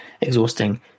exhausting